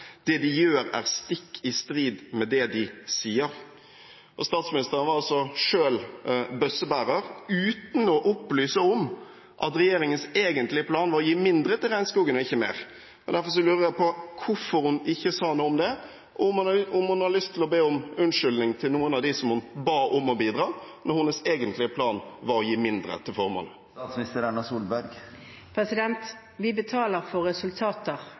Det de gjør er stikk i strid med det de sier». Statsministeren var selv bøssebærer, uten å opplyse om at regjeringens egentlige plan var å gi mindre til regnskogen og ikke mer. Derfor lurer jeg på hvorfor hun ikke sa noe om det, og om hun har lyst til å be om unnskyldning til noen av dem som hun ba om å bidra, når hennes egentlige plan var å gi mindre til formålet. Vi betaler for resultater. Vi